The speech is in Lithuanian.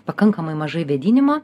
pakankamai mažai vėdinimo